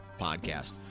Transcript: podcast